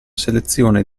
selezione